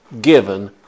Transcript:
given